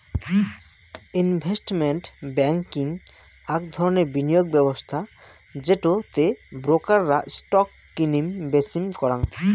investment banking আক ধরণের বিনিয়োগ ব্যবস্থা যেটো তে ব্রোকার রা স্টক কিনিম বেচিম করাং